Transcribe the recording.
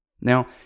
Now